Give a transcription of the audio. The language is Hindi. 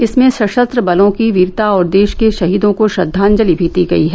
इसमें सशस्त्र बलों की वीरता और देश के शहीदों को श्रद्धांजलि भी दी गई है